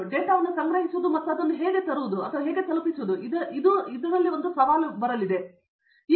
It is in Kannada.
ಆದ್ದರಿಂದ ನಾನು ಡೇಟಾವನ್ನು ಸಂಗ್ರಹಿಸುವ ಮತ್ತು ಅದನ್ನು ಹೇಗೆ ತರುತ್ತೇನೆ ಇದರಿಂದಾಗಿ ಮತ್ತೊಂದು ಸವಾಲು ಬರಲಿದೆ